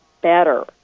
better